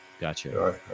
Gotcha